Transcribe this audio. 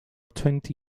twenty